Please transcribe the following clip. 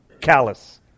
callous